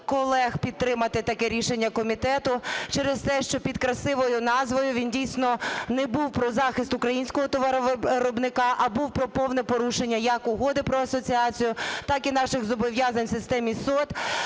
колег підтримати таке рішення комітету через те, що під красивою назвою він, дійсно, не був про захист українського товаровиробника, а був про повне порушення як Угоди про асоціацію, так і наших зобов'язань в системі СОТ.